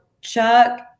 Chuck